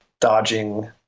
dodging